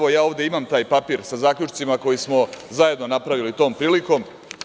Ovde imam taj papir sa zaključcima koje smo zajedno napravili tom prilikom.